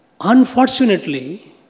Unfortunately